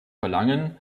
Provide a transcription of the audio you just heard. verlangen